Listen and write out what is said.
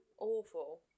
Awful